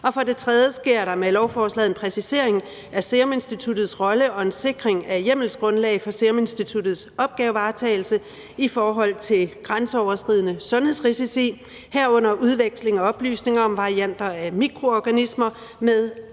For det tredje sker der med lovforslaget en præcisering af Seruminstituttets rolle og en sikring af hjemmelsgrundlaget for Seruminstituttets opgavevaretagelse i forhold til grænseoverskridende sundhedsrisici, herunder udveksling af oplysninger om varianter af mikroorganismer med